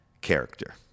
character